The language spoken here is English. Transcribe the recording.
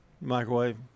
microwave